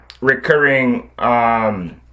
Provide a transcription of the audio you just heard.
recurring